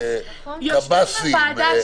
קב"סים.